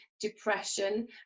depression